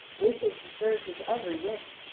wishing to serve his every wish,